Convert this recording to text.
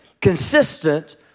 consistent